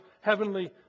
heavenly